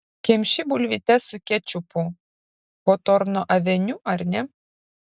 kemši bulvytes su kečupu hotorno aveniu ar ne